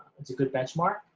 it's a good benchmark,